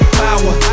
power